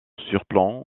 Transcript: surplomb